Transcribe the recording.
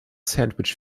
sandwich